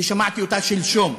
ששמעתי אותה שלשום,